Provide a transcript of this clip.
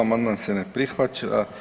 Amandman se ne prihvaća.